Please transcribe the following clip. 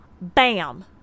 Bam